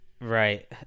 Right